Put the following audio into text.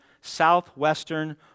southwestern